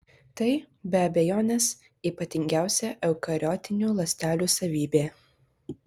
tai be abejonės ypatingiausia eukariotinių ląstelių savybė